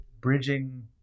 bridging